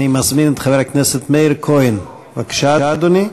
אני מזמין את חבר הכנסת מאיר כהן, בבקשה, אדוני.